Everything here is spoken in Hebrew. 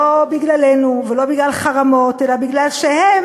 לא בגללנו ולא בגלל חרמות, אלא כי הם,